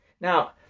Now